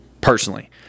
personally